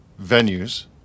venues